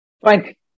Frank